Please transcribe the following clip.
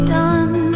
done